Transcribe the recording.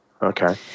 Okay